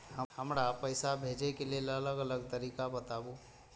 हमरा पैसा भेजै के लेल अलग अलग तरीका बताबु?